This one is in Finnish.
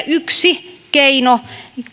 yksi keino